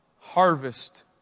harvest